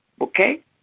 Okay